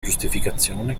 giustificazione